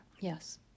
Yes